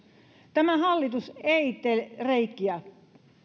tämä hallitus ei tee reikiä